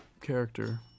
character